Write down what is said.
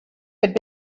had